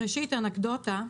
ראשית אנקדוטה: